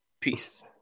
Peace